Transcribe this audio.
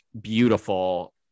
beautiful